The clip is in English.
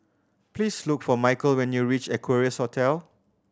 please look for Michael when you reach Equarius Hotel